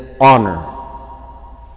honor